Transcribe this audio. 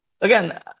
again